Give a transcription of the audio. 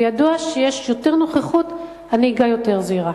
וידוע שכשיש יותר נוכחות הנהיגה יותר זהירה.